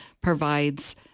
provides